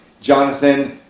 Jonathan